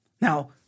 Now